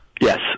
Yes